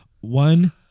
One